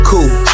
Cool